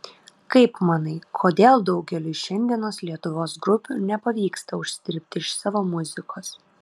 kaip manai kodėl daugeliui šiandienos lietuvos grupių nepavyksta užsidirbti iš savo muzikos